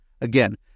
Again